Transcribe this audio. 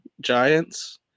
giants